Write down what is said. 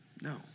No